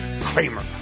Kramer